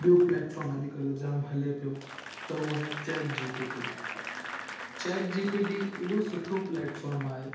ॿियो प्लेटफ़ॉर्म अॼु कल्ह जामु हले पियो त उहो आहे chat G P T chat G P T ऐॾो सुठो प्लेटफ़ॉर्म आहे